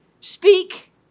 speak